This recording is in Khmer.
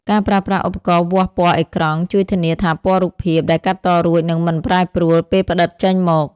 ការប្រើប្រាស់ឧបករណ៍វាស់ពណ៌អេក្រង់ ជួយធានាថាពណ៌រូបភាពដែលកាត់តរួចនឹងមិនប្រែប្រួលពេលផ្ដិតចេញមក។